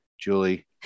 Julie